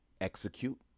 execute